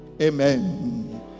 Amen